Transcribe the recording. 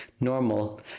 normal